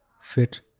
fit